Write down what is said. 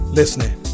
listening